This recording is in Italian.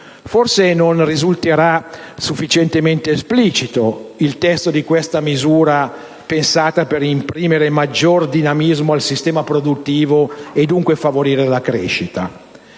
Forse non risulterà sufficientemente esplicito il testo di questa misura pensata per imprimere maggior dinamismo al sistema produttivo, e dunque per favorire la crescita;